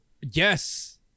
yes